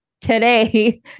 today